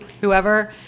whoever